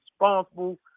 responsible